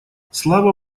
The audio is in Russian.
слава